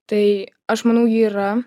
tai aš manau ji yra